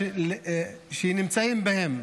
שנמצאים בהם